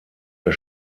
der